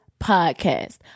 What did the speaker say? podcast